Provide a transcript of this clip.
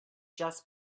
had